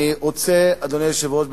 אדוני היושב-ראש,